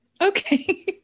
okay